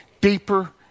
deeper